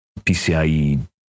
PCIe